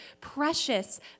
precious